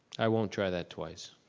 i won't try that twice.